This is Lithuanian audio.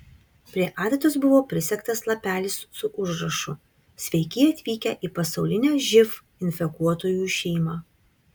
prie adatos buvo prisegtas lapelis su užrašu sveiki atvykę į pasaulinę živ infekuotųjų šeimą